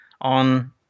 on